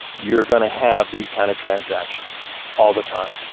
you're going to have these kind of transactions all the time.